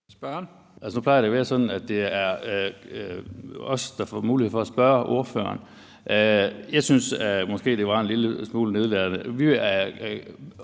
(KF): Nu plejer det at være sådan, at det er os, der får mulighed for at spørge ordføreren. Jeg synes måske, det var en lille smule nedladende. Vi er